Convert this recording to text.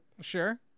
Sure